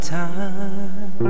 time